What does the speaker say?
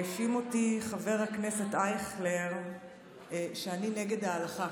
האשים אותי חבר הכנסת אייכלר שאני נגד ההלכה.